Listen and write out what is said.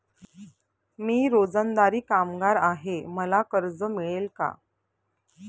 मी रोजंदारी कामगार आहे मला कर्ज मिळेल का?